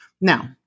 Now